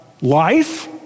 life